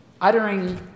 uttering